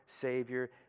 savior